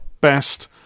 best